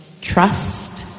trust